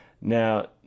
Now